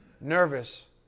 Nervous